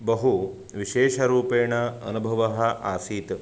बहु विशेषरूपेण अनुभवः आसीत्